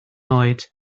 oed